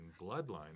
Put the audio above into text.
bloodline